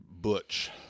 butch